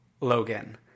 Logan